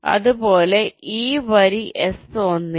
അതുപോലെ ഈ വരി എസ് 1 ന്